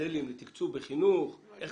מודלים לתקצוב בחינוך, איך